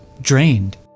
drained